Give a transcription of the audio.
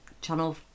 Channel